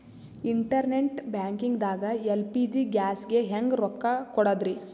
Internet banking ದಾಗ LPG ಗ್ಯಾಸ್ಗೆ ಹೆಂಗ್ ರೊಕ್ಕ ಕೊಡದ್ರಿ?